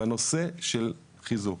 בנושא של חיזוק.